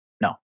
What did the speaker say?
no